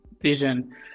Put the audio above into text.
vision